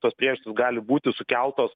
tos priežastys gali būti sukeltos